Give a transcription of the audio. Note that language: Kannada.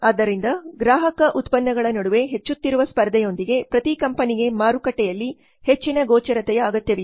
ಆದ್ದರಿಂದ ಗ್ರಾಹಕ ಉತ್ಪನ್ನಗಳ ನಡುವೆ ಹೆಚ್ಚುತ್ತಿರುವ ಸ್ಪರ್ಧೆಯೊಂದಿಗೆ ಪ್ರತಿ ಕಂಪನಿಗೆ ಮಾರುಕಟ್ಟೆಯಲ್ಲಿ ಹೆಚ್ಚಿನ ಗೋಚರತೆಯ ಅಗತ್ಯವಿದೆ